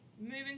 moving